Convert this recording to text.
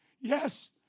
Yes